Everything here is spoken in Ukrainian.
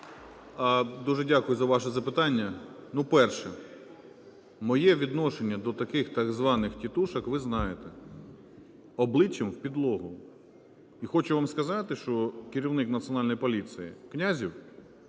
Дуже дякую за ваше запитання. Перше. Моє відношення до таких так званих "тітушок" ви знаєте: обличчям в підлогу. І хочу вам сказати, що керівник Національної поліції Князєв